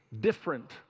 different